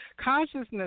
consciousness